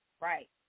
Right